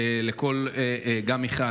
גם מיכל,